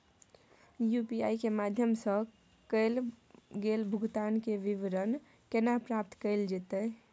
UPI के माध्यम सं कैल गेल भुगतान, के विवरण केना प्राप्त कैल जेतै?